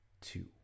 two